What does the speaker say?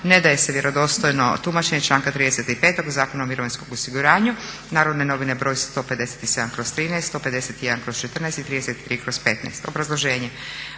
nedavanju vjerodostojnog tumačenja članka 35. Zakona o mirovinskom osiguranju, Narodne novine br. 157/2013., 151/14. i 33/15.,